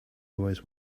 always